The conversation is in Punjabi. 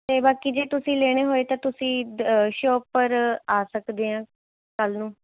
ਅਤੇ ਬਾਕੀ ਜੇ ਤੁਸੀਂ ਲੈਣੇ ਹੋਏ ਤਾਂ ਦ ਤੁਸੀਂ ਸ਼ੋਪ ਪਰ ਆ ਸਕਦੇ ਹਾਂ ਕੱਲ੍ਹ ਨੂੰ